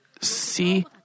see